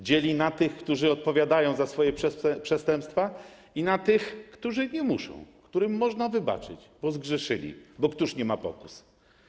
Dzieli na tych, którzy odpowiadają za swoje przestępstwa, i na tych, którzy nie muszą, którym można wybaczyć, bo zgrzeszyli, bo któż nie ma pokus.